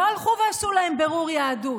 לא הלכו ועשו להם בירור יהדות.